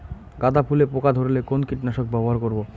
গাদা ফুলে পোকা ধরলে কোন কীটনাশক ব্যবহার করব?